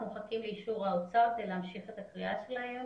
אנחנו מחכים לאישור האוצר כדי להמשיך את הקריאה שלהם.